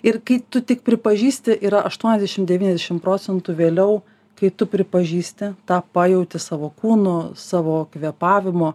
ir kai tu tik pripažįsti yra aštuoniasdešimt devyniasdešimt procentų vėliau kai tu pripažįsti tą pajauti savo kūnu savo kvėpavimu